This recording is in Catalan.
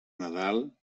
nadal